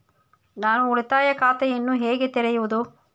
ನಾನು ಉಳಿತಾಯ ಖಾತೆಯನ್ನು ಹೇಗೆ ತೆರೆಯುವುದು?